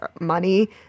money